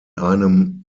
einem